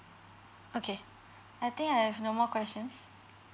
okay I think I have no more questions